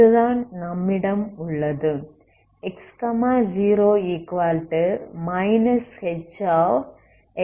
இதுதான் நம்மிடம் உள்ளது